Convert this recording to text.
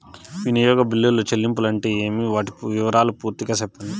వినియోగ బిల్లుల చెల్లింపులు అంటే ఏమి? వాటి వివరాలు పూర్తిగా సెప్పండి?